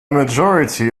majority